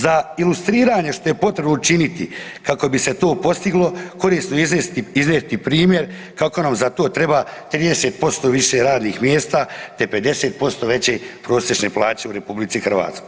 Za ilustriranje što je potrebno učiniti kako bi se to postiglo korisno je iznijeti primjer kako nam za to treba 30% više radnih mjesta te 50% veće prosječne plaće u RH.